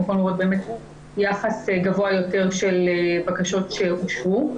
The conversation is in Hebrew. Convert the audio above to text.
אנחנו יכולים לראות יחס גבוה יותר של בקשות שאושרו.